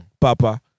Papa